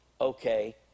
okay